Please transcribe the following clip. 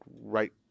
right